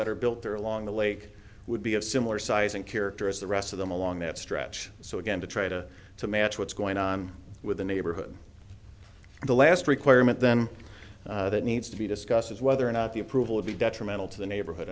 that are built there along the lake would be of similar size and character as the rest of them along that stretch so again to try to to match what's going on with the neighborhood the last requirement then that needs to be discussed is whether or not the approval of be detrimental to the neighborhood